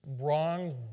wrong